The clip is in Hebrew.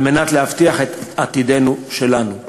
כדי להבטיח את עתידנו שלנו.